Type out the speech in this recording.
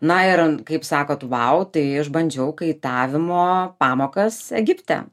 na ir kaip sakot vau tai išbandžiau kaitavimo pamokas egipte